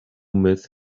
miss